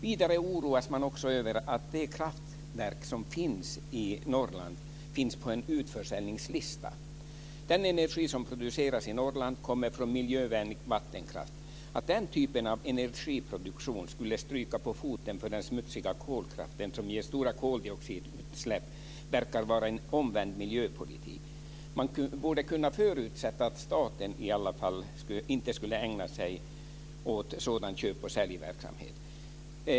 Vidare oroas man också över att de kraftverk som finns i Norrland finns på en utförsäljningslista. Den energi som produceras i Norrland kommer från miljövänlig vattenkraft. Att den typen av energiproduktion skulle stryka på foten för den smutsiga kolkraften som ger stora koldioxidutsläpp verkar vara en omvänd miljöpolitik. Man borde kunna förutsätta att staten inte skulle ägna sig åt sådan köp-och-säljverksamhet.